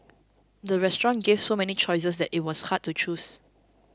the restaurant gave so many choices that it was hard to choose